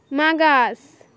मागास